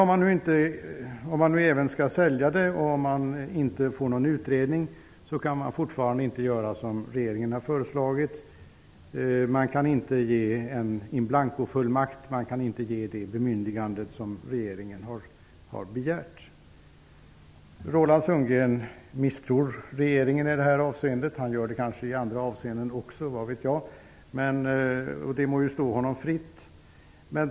Om nu Tipstjänst skall säljas ut och om det inte blir någon utredning, får man ändå inte göra som regeringen har föreslagit. Man kan inte ge en in blanco-fullmakt eller det bemyndigande som regeringen har begärt. Roland Sundgren misstror regeringen i det här avseendet. Han gör det kanske också i andra avseenden, vad vet jag, men det må stå honom fritt.